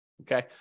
Okay